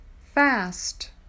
Fast